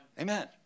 Amen